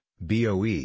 BOE